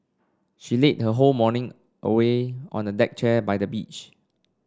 she lazed her whole morning away on the deck chair by the beach